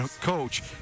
coach